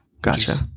Gotcha